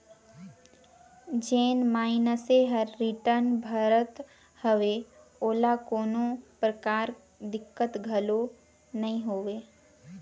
जेन मइनसे हर रिटर्न भरत हवे ओला कोनो परकार दिक्कत घलो नइ होवे